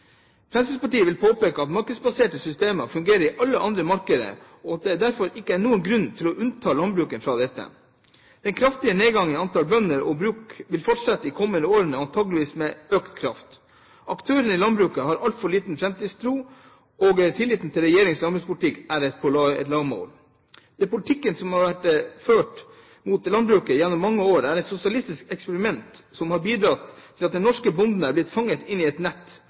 Fremskrittspartiet vil påpeke at markedsbaserte systemer fungerer i alle andre markeder, og at det derfor ikke er noen grunn til å unnta landbruket fra dette. Den kraftige nedgangen i antall bønder og bruk vil fortsette i de kommende årene, antakeligvis med økt kraft. Aktørene i landbruket har altfor liten framtidstro, og tilliten til regjeringens landbrukspolitikk er på et lavmål. Den politikken som har vært ført mot landbruket gjennom mange år, er et sosialistisk eksperiment som har bidratt til at den norske bonden er blitt fanget inn i et